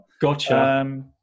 Gotcha